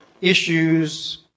issues